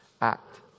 act